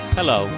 Hello